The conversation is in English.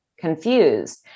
confused